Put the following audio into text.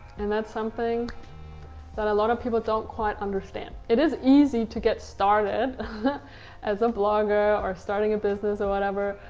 and that's something that a lot of people don't quite understand. it is easy to get started as a blogger or starting a business or whatever.